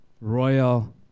Royal